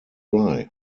dry